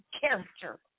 character